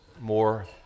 more